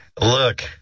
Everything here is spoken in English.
Look